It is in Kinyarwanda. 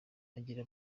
kugira